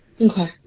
Okay